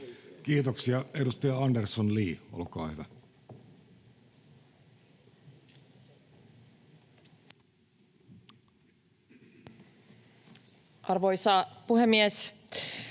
Kiitoksia. — Edustaja Andersson, Li, olkaa hyvä. Arvoisa puhemies!